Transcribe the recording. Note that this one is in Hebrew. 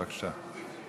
בבקשה.